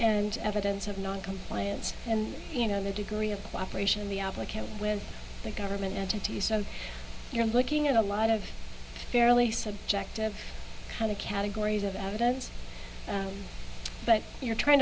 and evidence of noncompliance and you know the degree of cooperation in the applicant with the government to you so you're looking at a lot of fairly subjective kind of categories of evidence but you're trying